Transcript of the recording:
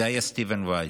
זה היה סטיבן וייז.